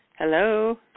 Hello